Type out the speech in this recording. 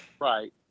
Right